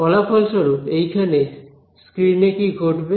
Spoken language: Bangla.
ফলাফলস্বরূপ এইখানে স্ক্রিন এ কি ঘটবে